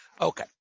Okay